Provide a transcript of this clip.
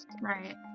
Right